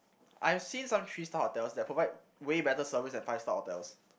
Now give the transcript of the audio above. I've seen some three star hotels that provide way better service than five star hotels